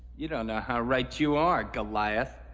you don't know how right you are, goliath.